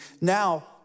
now